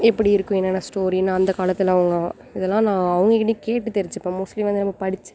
எப்படி இருக்கும் என்னான்ன ஸ்டோரி ஏன்னா அந்த காலத்தில் அவங்க இதெலாம் நான் அவங்க கிட்ட கேட்டு தெரிஞ்சுப்பேன் மோஸ்ட்லி வந்து நம்ம படிச்சு